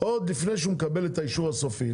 עוד לפני שהוא מקבל את האישור הסופי.